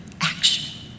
action